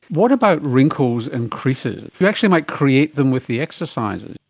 what about wrinkles and creases? you actually might create them with the exercises.